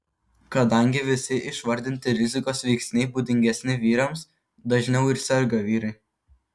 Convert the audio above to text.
kadangi visi išvardinti rizikos veiksniai būdingesni vyrams dažniau ir serga vyrai